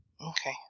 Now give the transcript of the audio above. Okay